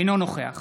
אינו נוכח